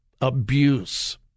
abuse